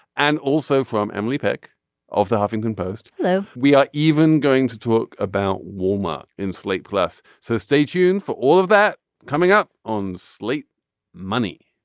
and also from emily peck of the huffington post. we are even going to talk about wal-mart in slate plus. so stay tuned for all of that coming up on slate money.